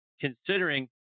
considering